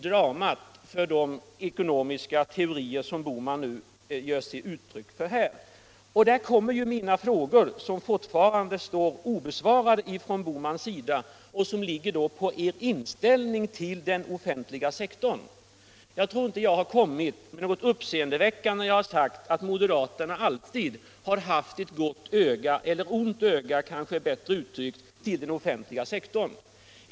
Det är mot den bakgrunden man skall se mina frågor om herr Bohmans inställning till den offentliga sektorn, som fortfarande kvarstår obesvarade. Jag tror inte att jag har kommit med något uppseendeväckande när jag har sagt att moderaterna alltid har haft ett gott öga — ont öga kanske är ett bättre uttryck — till den offentliga sektorn.